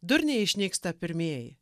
durniai išnyksta pirmieji